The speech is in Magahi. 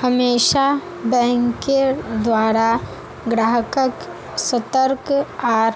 हमेशा बैंकेर द्वारा ग्राहक्क सतर्क आर